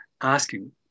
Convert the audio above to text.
asking